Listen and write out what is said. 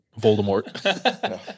Voldemort